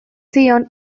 zion